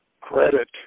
credit